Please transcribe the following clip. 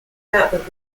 out